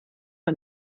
man